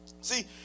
See